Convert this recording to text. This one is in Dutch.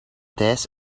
thijs